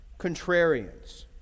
contrarians